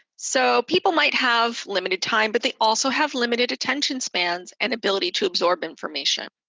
so people might have limited time, but they also have limited attention spans and ability to absorb information.